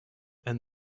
and